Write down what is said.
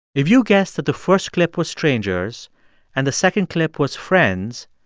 if you guessed that the first clip was strangers and the second clip was friends,